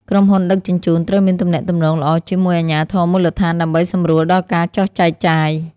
ក្រុមហ៊ុនដឹកជញ្ជូនត្រូវមានទំនាក់ទំនងល្អជាមួយអាជ្ញាធរមូលដ្ឋាន ដើម្បីសម្រួលដល់ការចុះចែកចាយ។